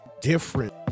different